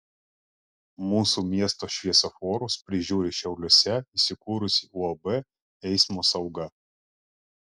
mūsų miesto šviesoforus prižiūri šiauliuose įsikūrusi uab eismo sauga